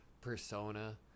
Persona